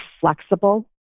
flexible